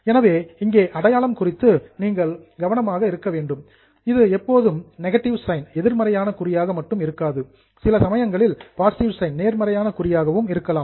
எனவே இங்கே அடையாளம் குறித்து நீங்கள் கேர்ஃபுல் கவனமாக இருக்க வேண்டும் இது எப்போதும் நெகட்டிவ் சைன் எதிர்மறையான குறியாக மட்டும் இருக்காது சில சமயங்களில் பாசிட்டிவ் சைன் நேர்மறையான குறியாகவும் இருக்கலாம்